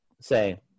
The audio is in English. say